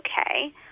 okay